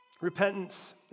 Repentance